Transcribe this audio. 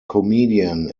comedian